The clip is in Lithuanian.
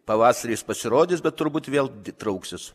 pavasaris pasirodys bet turbūt vėl trauksis